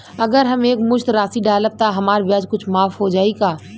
अगर हम एक मुस्त राशी डालब त हमार ब्याज कुछ माफ हो जायी का?